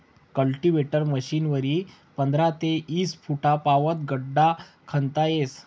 cultivator मशीनवरी पंधरा ते ईस फुटपावत खड्डा खणता येस